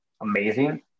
amazing